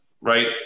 right